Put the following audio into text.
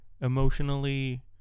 emotionally